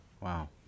Wow